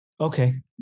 okay